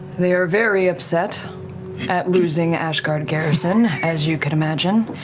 they are very upset at losing ashguard garrison as you can imagine.